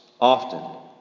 often